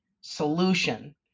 solution